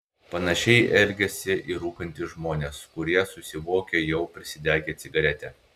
panašiai elgiasi ir rūkantys žmonės kurie susivokia jau prisidegę cigaretę